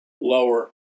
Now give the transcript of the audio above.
lower